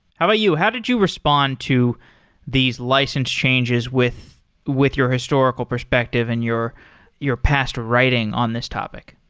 how about you? how did you respond to these license changes with with your historical perspective and your your past writing on this topic?